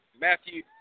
Matthew